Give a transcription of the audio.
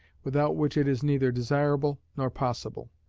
without which it is neither desirable nor possible.